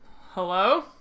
Hello